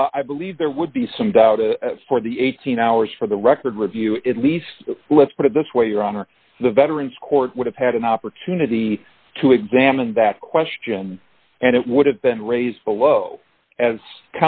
review i believe there would be some doubt it for the eighteen hours for the record review at least let's put it this way your honor the veterans court would have had an opportunity to examine back question and it would have been raised below as